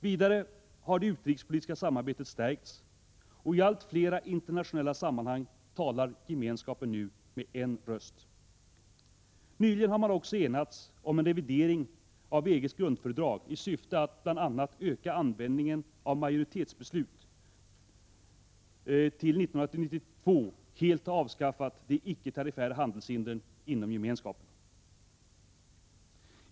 Vidare har det utrikespolitiska samarbetet stärkts, och i allt flera internationella sammanhang talar Gemenskapen nu med en röst. Nyligen har man också enats om en revidering av EG:s grundfördrag i syfte att, bl.a. genom ökad användning av majoritetsbeslut, till 1992 helt ha avskaffat de icke-tariffära handelshindren inom Gemenskapen.